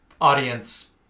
audience